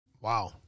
Wow